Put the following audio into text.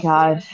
God